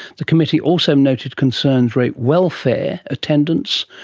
the committee also um noted concerns re welfare, attendance,